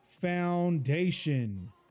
Foundation